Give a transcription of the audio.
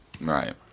Right